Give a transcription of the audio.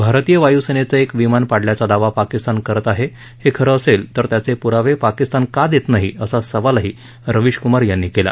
भारतीय वायूसेनेचं एक विमान पाडल्याचा दावा पाकिस्तान करत आहे हे खरं असेल तर त्याचे प्रावे पाकिस्तान का देत नाही असा सवालही रविशक्मार यांनी केला